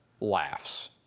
laughs